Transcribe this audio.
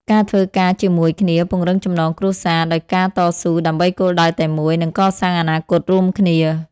ការធ្វើការជាមួយគ្នាពង្រឹងចំណងគ្រួសារ ដោយការតស៊ូដើម្បីគោលដៅតែមួយ និងកសាងអនាគតរួមគ្នា។